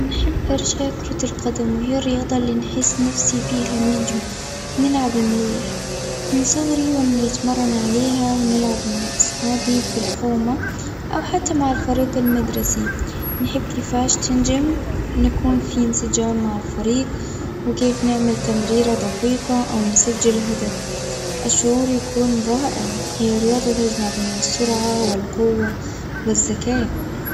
نحب برشا كرة القدم هي الرياضة النحس نفسي فيها نجم نلعب مليح من صغري وأنا أتمرن عليها ونلعب مع أصحابي في الحومة، أو حتى مع الفريق المدرسي، نحب كفاش تنجم نكون في تساجم مع الفريق، وكيف نعمل تمريرة أو نسجل هدف، الشعور يكون رائع، هي رياضة تجمع بين السرعة والقوة والذكاء.